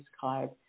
card